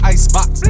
Icebox